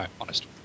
honest